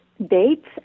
dates